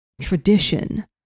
tradition